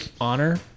honor